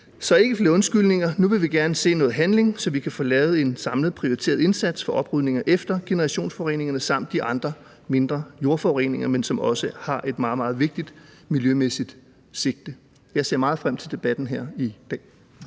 Så ikke flere undskyldninger; nu vil vi gerne se noget handling, så vi kan få lavet en samlet prioriteret indsats for oprydning efter generationsforureningerne samt de andre mindre jordforureninger, men som også har et meget, meget vigtigt miljømæssigt sigte. Jeg ser meget frem til debatten her i dag.